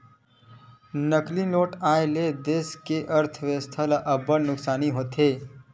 नकली नोट आए ले देस के अर्थबेवस्था ल अब्बड़ नुकसानी होथे